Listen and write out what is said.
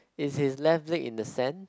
is his left leg in the sand